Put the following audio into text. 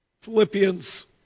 Philippians